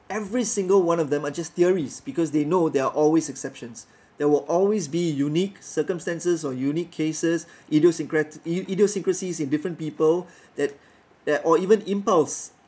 every single one of them are just theories because they know there are always exceptions there will always be unique circumstances or unique cases idiosyncra~ idiosyncrasies in different people that that or even impulse